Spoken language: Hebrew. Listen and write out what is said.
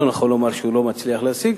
לא נכון לומר שהוא לא מצליח להשיג,